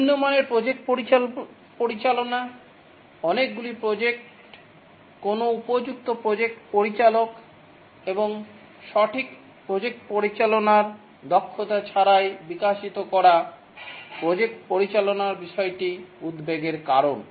নিম্নমানের প্রজেক্ট পরিচালনা অনেকগুলি প্রজেক্ট কোনও উপযুক্ত প্রজেক্ট পরিচালক এবং সঠিক প্রজেক্ট পরিচালনার দক্ষতা ছাড়াই বিকশিত করা প্রজেক্ট পরিচালনার বিষয়টি উদ্বেগের কারণ